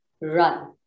run